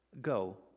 go